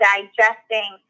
Digesting